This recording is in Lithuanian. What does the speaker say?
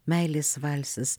meilės valsas